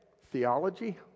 theology